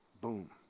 Boom